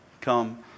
come